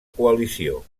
coalició